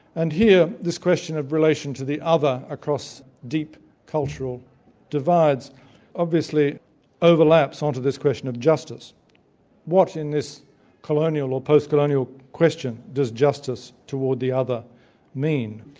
and here this question of relation to the other across deep cultural divides obviously overlaps onto this question of justice what in this colonial or post-colonial question does justice towards the other mean?